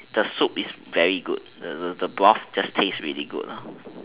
the soup is really good the broth is just really good